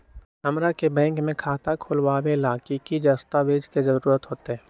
हमरा के बैंक में खाता खोलबाबे ला की की दस्तावेज के जरूरत होतई?